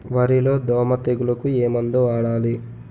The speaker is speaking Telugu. వరిలో దోమ తెగులుకు ఏమందు వాడాలి?